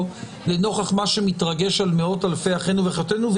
לנוכח מה שמתרגש על מאות אלפי אחינו ואחיותינו?